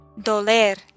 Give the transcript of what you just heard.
Doler